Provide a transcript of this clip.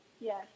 Yes